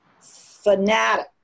fanatic